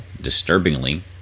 disturbingly